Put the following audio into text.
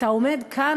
אתה עומד כאן,